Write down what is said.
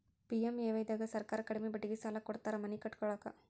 PMAY ದಾಗ ಸರ್ಕಾರ ಕಡಿಮಿ ಬಡ್ಡಿಗೆ ಸಾಲ ಕೊಡ್ತಾರ ಮನಿ ಕಟ್ಸ್ಕೊಲಾಕ